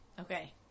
Okay